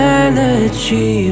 energy